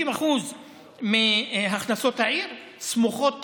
50% מהכנסות העיר סמוכות תיירות,